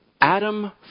Adam